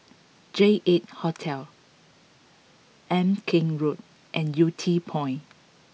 J Eight Hotel Ama Keng Road and Yew Tee Point